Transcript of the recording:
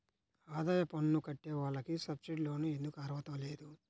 ఆదాయ పన్ను కట్టే వాళ్లకు సబ్సిడీ లోన్ ఎందుకు అర్హత లేదు?